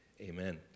Amen